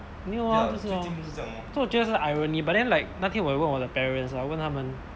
没有啊就是咯我觉得是 irony but then like 那天我有问我的 parents like 问他们